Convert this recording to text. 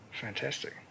Fantastic